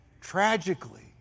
tragically